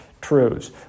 truths